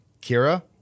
Kira